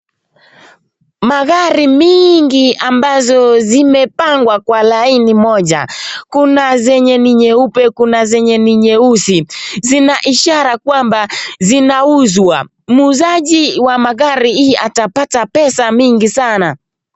Magari mingi Amazon zimepangwa kwa laini moja Kuna zenye ni nyeupe kana zenye nyeusi zina ishara kwamba zinauzwa muuzaji ya hii magari atapata pesa mingi sana.